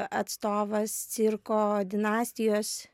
atstovas cirko dinastijos